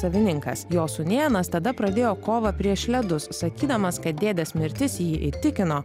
savininkas jo sūnėnas tada pradėjo kovą prieš ledus sakydamas kad dėdės mirtis jį įtikino